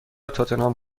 تاتنهام